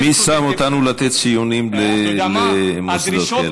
מי שם אותנו לתת ציונים למוסדות כאלה?